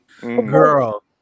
girl